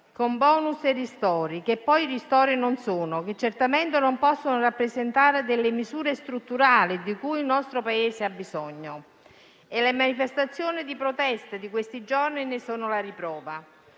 con *bonus* e ristori, che poi ristori non sono e che certamente non possono rappresentare delle misure strutturali di cui il nostro Paese ha bisogno. Le manifestazioni di protesta di questi giorni ne sono la riprova.